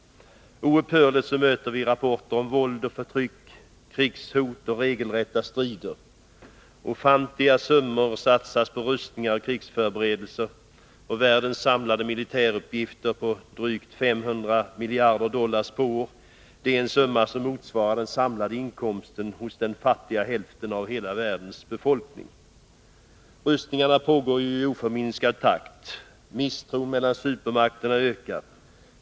Oupphörligt möter vi rapporter om våld och förtryck, krigshot och regelrätta strider. Ofantliga summor satsas på rustningar och krigsförberedelser. Världens samlade militärutgifter uppgår nu till drygt 500 miljarder dollar per år, en summa som motsvarar den samlade inkomsten hos den fattiga hälften av världens befolkning. Rustningarna pågår i oförminskad takt. Misstron mellan supermakterna ökar.